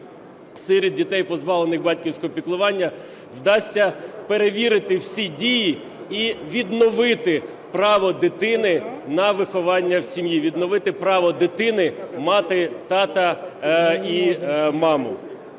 дітей, позбавлених батьківського піклування, вдасться перевірити всі дії і відновити право дитини на виховання в сім'ї, відновити право дитини – право мати тата і маму.